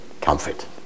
comfort